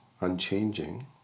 unchanging